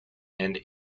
and